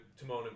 Timon